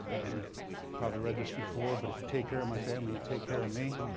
and you've probably read this before, but if you take care of my family, you take care of me.